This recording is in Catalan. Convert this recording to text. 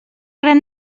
gran